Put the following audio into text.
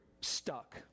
stuck